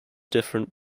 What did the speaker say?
different